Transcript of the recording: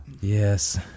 Yes